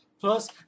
Plus